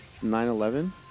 9-11